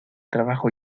trabajo